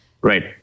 Right